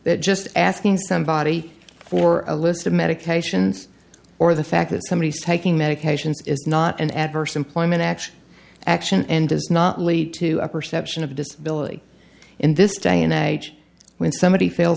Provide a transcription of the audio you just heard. that just asking somebody for a list of medications or the fact that somebody is taking medications is not an adverse employment action action and does not lead to a perception of disability in this day and age when somebody fail